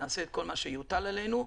נעשה את כל מה שיוטל עלינו.